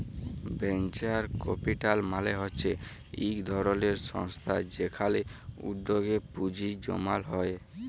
venture capital মালে হচ্যে ইক ধরলের সংস্থা যেখালে উদ্যগে পুঁজি জমাল হ্যয়ে